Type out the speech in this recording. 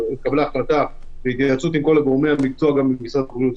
שהתקבלה החלטה בהתייעצות עם כל גורמי המקצוע במשרד הבריאות,